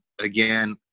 again